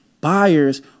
Buyers